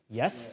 yes